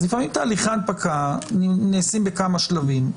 זה תמיד שתהליכי הנפקה נעשים בכמה שלבים.